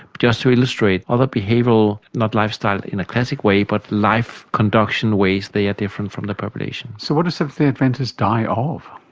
just to illustrate, other behavioural, not lifestyle in a classic way but life conduction ways they are different from the population. so what do seventh-day adventists die of?